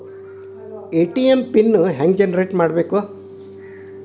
ATM pin ಹೆಂಗ್ generate ಮಾಡಬೇಕು?